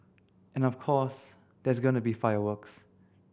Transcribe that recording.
and of course there's going to be fireworks